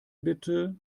bitte